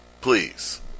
please